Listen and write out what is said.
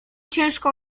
ciężko